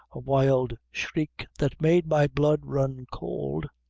a wild shriek that made my blood run cowld.